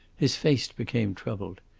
his face became troubled.